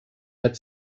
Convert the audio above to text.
had